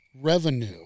revenue